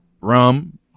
Rum